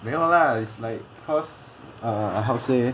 没有 lah it's like cause ah how say